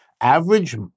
average